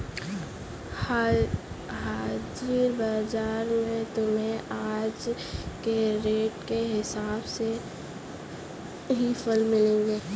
हाजिर बाजार में तुम्हें आज के रेट के हिसाब से ही फल मिलेंगे